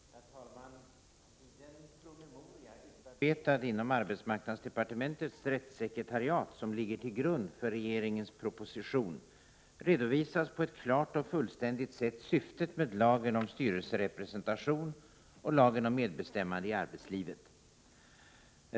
Herr talman! I den promemoria som har utarbetats inom arbetsmarknadsdepartementets rättssekretariat och som ligger till grund för regeringens proposition redovisas på ett klart och fullständigt sätt syftet med lagen om styrelserepresentation och lagen om medbestämmande i arbetslivet .